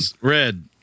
Red